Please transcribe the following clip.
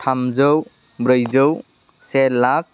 थामजौ ब्रैजौ से लाख